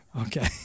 Okay